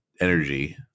energy